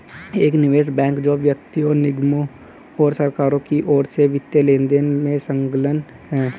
एक निवेश बैंक जो व्यक्तियों निगमों और सरकारों की ओर से वित्तीय लेनदेन में संलग्न है